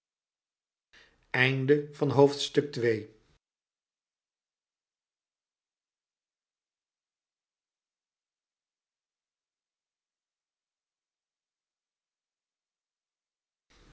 voldoening van het